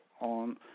on